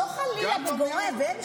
לא חלילה בגורף,